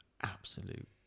absolute